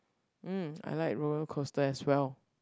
mm I like roller coaster as well